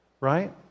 right